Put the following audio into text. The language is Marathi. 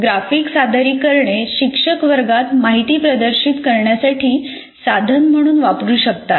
ही ग्राफिक सादरीकरणे शिक्षक वर्गात माहिती प्रदर्शित करण्यासाठी साधन म्हणून वापरू शकतात